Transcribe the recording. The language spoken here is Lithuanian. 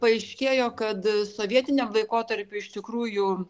paaiškėjo kad sovietiniam laikotarpiui iš tikrųjų